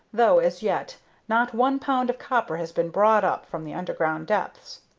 though as yet not one pound of copper has been brought up from the underground depths.